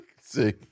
see